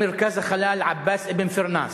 או "מרכז החלל עבאס אבן פרנאס",